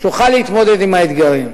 והיא תוכל להתמודד עם האתגרים.